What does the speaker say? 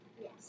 Yes